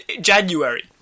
January